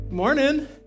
Morning